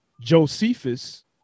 Josephus